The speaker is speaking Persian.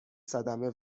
صدمه